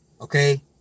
Okay